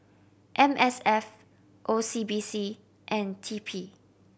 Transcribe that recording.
M S F O C B C and T P